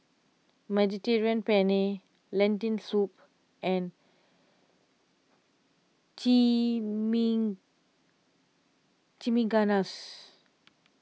Mediterranean Penne Lentil Soup and Chimichangas